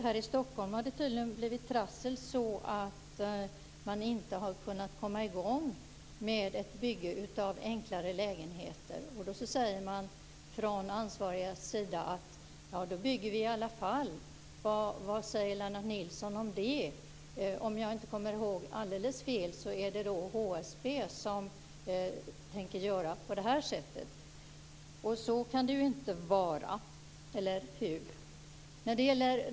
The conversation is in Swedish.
Här i Stockholm har det tydligen blivit trassel så att man inte har kunnat komma i gång med ett bygge av enklare lägenheter. De ansvariga säger att de bygger i alla fall. Vad säger Lennart Nilsson om det? Om jag inte kommer ihåg alldeles fel är det HSB som tänker göra på det sättet. Så kan det ju inte vara, eller hur?